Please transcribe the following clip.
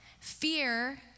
Fear